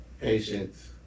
Patience